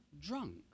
drunk